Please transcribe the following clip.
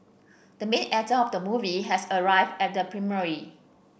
the main actor of the movie has arrived at the premiere